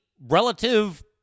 relative